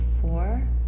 four